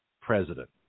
president